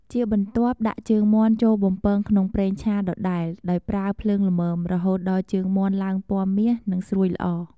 ជាបន្ទាប់ដាក់ជើងមាន់ចូលបំពងក្នុងប្រេងឆាដដែល ដោយប្រើភ្លើងល្មម រហូតដល់ជើងមាន់ឡើងពណ៌មាសនិងស្រួយល្អ។